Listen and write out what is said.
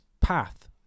path